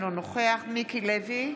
אינו נוכח מיקי לוי,